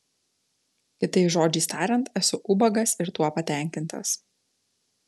kitais žodžiais tariant esu ubagas ir tuo patenkintas